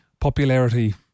popularity